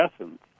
essence